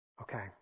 Okay